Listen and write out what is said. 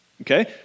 Okay